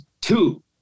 two